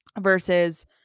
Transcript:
versus